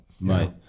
Right